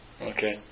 Okay